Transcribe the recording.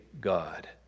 God